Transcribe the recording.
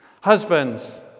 Husbands